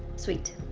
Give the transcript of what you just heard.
sweet.